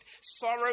sorrow